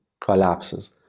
collapses